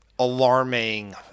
alarming